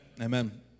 Amen